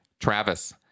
Travis